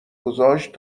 گذاشت